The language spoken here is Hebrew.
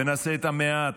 ונעשה את המעט,